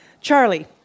Charlie